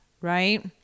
right